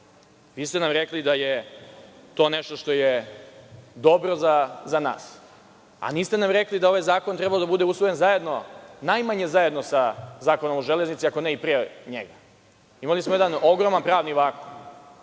ste nam da je to nešto što je dobro za nas, a niste nam rekli da je ovaj zakon trebao da bude usvojen zajedno sa Zakonom o železnici, ako ne i pre njega. Imali smo jedan ogroman pravni vakum.